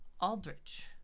Aldrich